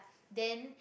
then